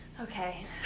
okay